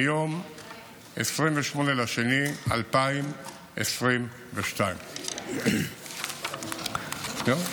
מיום 28 בפברואר 2022. זהו?